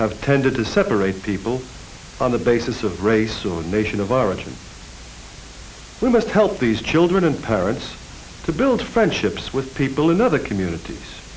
have tended to separate people on the basis of race or nation of origin we must help these children and parents to build friendships with people in other communities